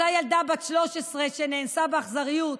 אותה ילדה בת 13 שנאנסה באכזריות,